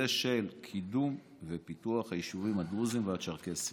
של קידום ופיתוח היישובים הדרוזיים והצ'רקסיים.